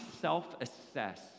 self-assess